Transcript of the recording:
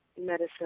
medicine